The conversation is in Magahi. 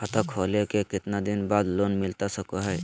खाता खोले के कितना दिन बाद लोन मिलता सको है?